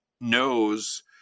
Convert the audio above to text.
knows